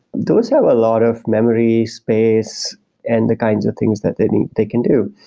those have a lot of memory space and the kinds of things that they they can do.